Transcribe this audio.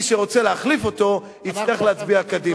ומי שרוצה להחליף אותו יצטרך להצביע קדימה.